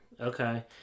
Okay